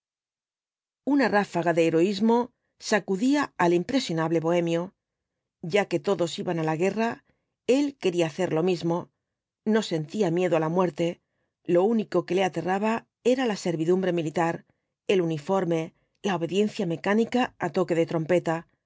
una ráfaga de heroísmo sacudía al impresionable bohemio ya que todos iban á la guerra él quería hacer lo mismo no sentía miedo á la muerte lo único que le aterraba era la servidumbre militar el uniforme la obediencia mecánica á toque de trompeta